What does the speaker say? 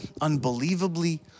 unbelievably